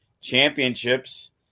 championships